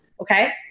okay